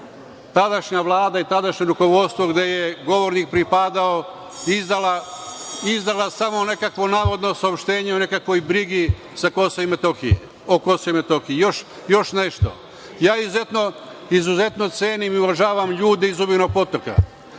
tadašnja Vlada i tadašnje rukovodstvo gde je govornik pripadao, izdala samo nekakvo navodno saopštenje o nekakvoj brzi o KiM.Još nešto, ja izuzetno cenim i uvažavam ljude iz Zubinog Potoka,